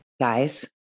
guys